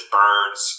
birds